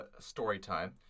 Storytime